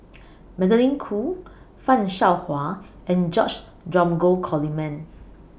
Magdalene Khoo fan Shao Hua and George Dromgold Coleman